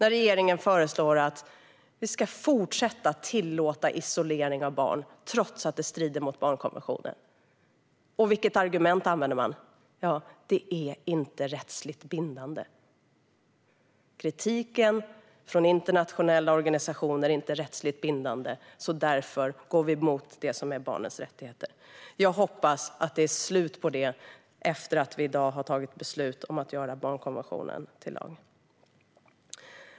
Regeringen föreslog att man ska fortsätta att tillåta isolering av barn, trots att det strider mot barnkonventionen. Vilket argument använde man? Jo, det är inte rättsligt bindande. Kritiken från internationella organisationer är inte rättsligt bindande, så därför går man emot barnens rättigheter. Jag hoppas att det är slut på det efter att vi i dag har fattat beslut om att göra barnkonventionen till lag.